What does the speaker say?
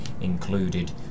included